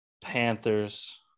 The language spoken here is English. Panthers